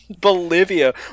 bolivia